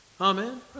Amen